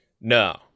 No